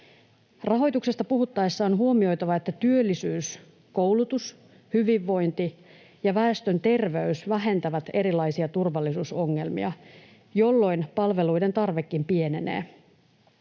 Rahoituksesta puhuttaessa on huomioitava, että työllisyys, koulutus, hyvinvointi ja väestön terveys vähentävät erilaisia turvallisuusongelmia, jolloin palveluiden tarvekin pienenee.